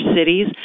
cities